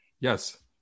yes